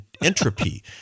entropy